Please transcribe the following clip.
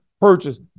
purchase